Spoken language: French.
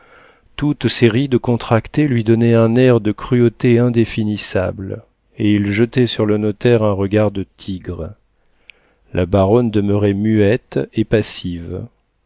toutes ses rides contractées lui donnaient un air de cruauté indéfinissable et il jetait sur le notaire un regard de tigre la baronne demeurait muette et passive